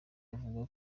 avuga